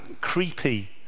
creepy